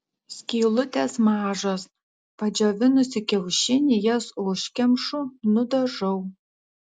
skylutės mažos padžiovinusi kiaušinį jas užkemšu nudažau